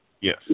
yes